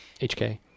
HK